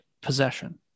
possession